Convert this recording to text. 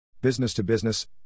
Business-to-business